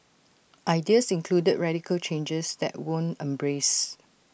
ideas included radical changes that weren't embraced